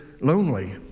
lonely